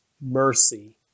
mercy